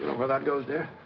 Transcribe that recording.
know where that goes, dear.